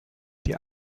die